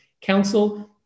Council